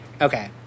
okay